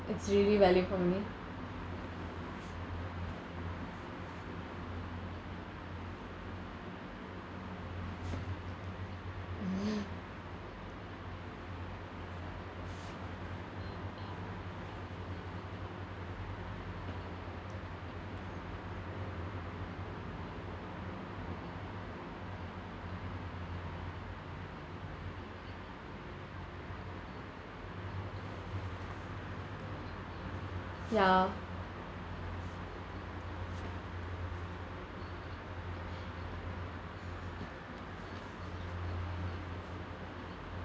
it's really value for money ya